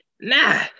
Nah